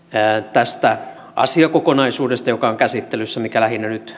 tästä asiakokonaisuudesta joka on käsittelyssä ja joka lähinnä nyt koskee